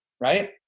right